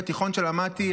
התיכון שבו למדתי,